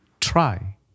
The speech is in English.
try